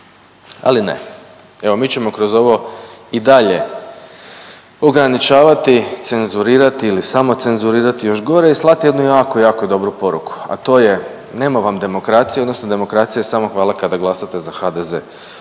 ali ne. Evo mi ćemo kroz ovo i dalje ograničavati, cenzurirati ili samo cenzurirati još gore i slati jednu jako, jako dobru poruku a to je nema vam demokracije, odnosno demokracija je samo hvala kada glasate za HDZ,